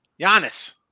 Giannis